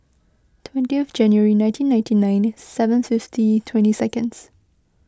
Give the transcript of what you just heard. twenty of January nineteen ninety nine seven fifty twenty seconds